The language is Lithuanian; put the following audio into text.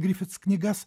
grifits knygas